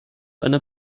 einer